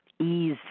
ease